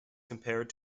compared